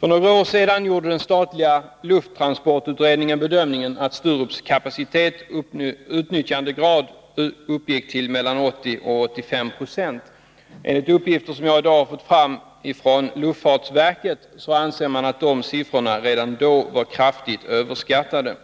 För några år sedan gjorde den statliga lufttransportutredningen bedömningen att Sturups utnyttjandegrad var mellan 80 och 85 26. Enligt uppgifter som jag fått fram så anser man i dag inom luftfartsverket att dessa siffror var kraftigt överskattade.